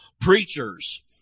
preachers